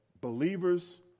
believers